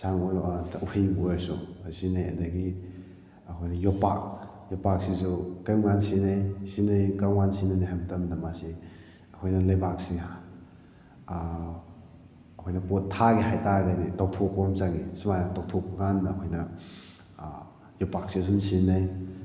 ꯑꯦꯟꯁꯥꯡꯕꯨ ꯑꯣꯏꯔꯣ ꯅꯠꯇ꯭ꯔꯒ ꯎꯍꯩꯕꯨ ꯑꯣꯏꯔꯁꯨ ꯁꯤꯖꯤꯟꯅꯩ ꯑꯗꯒꯤ ꯑꯩꯈꯣꯏꯅ ꯌꯣꯄꯥꯛ ꯌꯣꯄꯥꯛꯁꯤꯁꯨ ꯀꯔꯤꯒꯨꯝꯕ ꯀꯥꯟꯗ ꯁꯤꯖꯤꯟꯅꯩ ꯁꯤꯖꯤꯟꯅꯔꯤ ꯀꯔꯝ ꯀꯥꯟꯗ ꯁꯤꯖꯤꯟꯅꯅꯤ ꯍꯥꯏꯕ ꯃꯇꯝꯗ ꯃꯥꯁꯤ ꯑꯩꯈꯣꯏꯅ ꯂꯩꯕꯥꯛꯁꯤ ꯑꯩꯈꯣꯏꯅ ꯄꯣꯠ ꯊꯥꯒꯦ ꯍꯥꯏꯇꯥꯔꯒꯗꯤ ꯇꯧꯊꯣꯛꯄ ꯑꯃ ꯆꯪꯏ ꯁꯨꯃꯥꯏꯅ ꯇꯧꯊꯣꯛꯄ ꯀꯥꯟꯗ ꯑꯩꯈꯣꯏꯅ ꯌꯣꯄꯥꯛꯁꯤ ꯑꯗꯨꯝ ꯁꯤꯖꯤꯟꯅꯩ